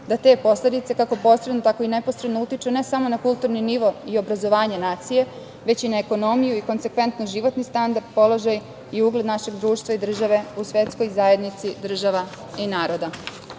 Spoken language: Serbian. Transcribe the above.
da te posledice, kako posredno, tako i neposredno, utiču ne samo na kulturni nivo, i obrazovanje nacije, već i na ekonomiju i na konsekventno životni standard, položaj i ugled našeg društva, i države u svetskoj zajednici država i